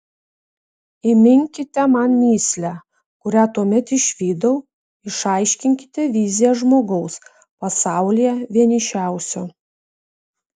įminkite man mįslę kurią tuomet išvydau išaiškinkite viziją žmogaus pasaulyje vienišiausio